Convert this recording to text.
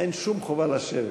אין שום חובה לשבת.